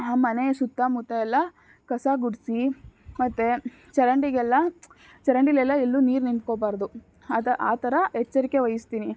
ಮನೆ ಸುತ್ತಮುತ್ತ ಎಲ್ಲ ಕಸ ಗುಡಿಸಿ ಮತ್ತು ಚರಂಡಿಗೆಲ್ಲ ಚರಂಡಿಲೆಲ್ಲ ಎಲ್ಲೂ ನೀರು ನಿಂತ್ಕೋಬಾರ್ದು ಆಗ ಆ ಥರ ಎಚ್ಚರಿಕೆ ವಹಿಸ್ತೀನಿ